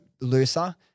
looser